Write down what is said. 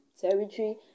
territory